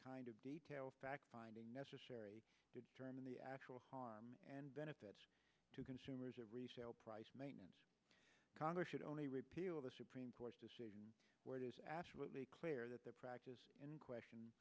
kind of detail fact finding necessary to determine the actual harm and benefits to consumers of resale price maintenance congress should only repeal the supreme court where it is absolutely clear that the practice in question